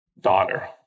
daughter